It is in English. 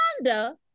Wanda